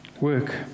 Work